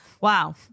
Wow